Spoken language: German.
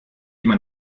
immer